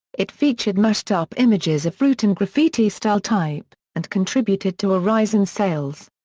it featured mashed-up images of fruit and graffiti-style type, and contributed to a rise in sales.